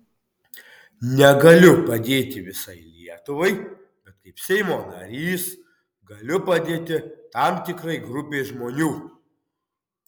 negaliu padėti visai lietuvai bet kaip seimo narys galiu padėti tam tikrai grupei žmonių